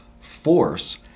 force